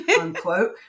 unquote